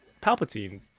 Palpatine